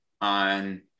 on